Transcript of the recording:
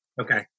Okay